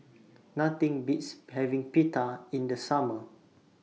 Nothing Beats having Pita in The Summer